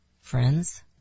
friends